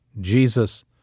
Jesus